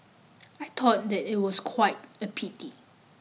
I thought that it was quite a pity